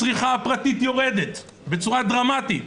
הצריכה הפרטית יורדת בצורה דרמטית,